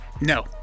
No